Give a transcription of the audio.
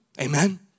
Amen